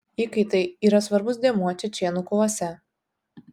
įkaitai yra svarbus dėmuo čečėnų kovose